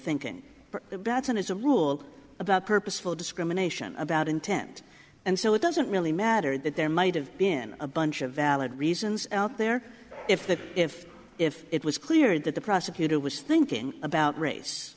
thinking batson is a rule about purposeful discrimination about intent and so it doesn't really matter that there might have been a bunch of valid reasons out there if that if if it was clear that the prosecutor was thinking about race